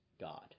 God